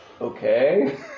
Okay